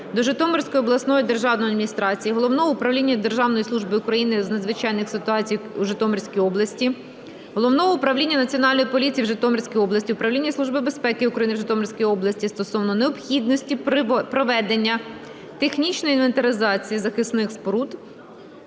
до Житомирської обласної державної адміністрації, Головного управління Державної служби України з надзвичайних ситуацій у Житомирській області, Головного управління Національної поліції в Житомирській області, Управління Служби безпеки України в Житомирській області стосовно необхідності проведення технічної інвентаризації захисних споруд,